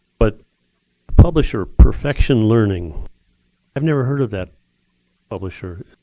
but publisher perfection learning i've never heard of that publisher.